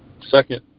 Second